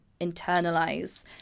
internalize